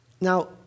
Now